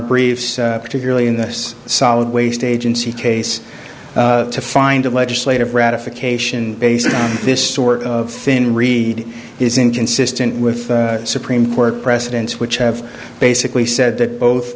briefs particularly in this solid waste agency case to find a legislative ratification basically this sort of thin reed is inconsistent with supreme court precedents which have basically said that both